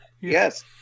yes